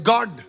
God